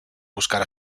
buscar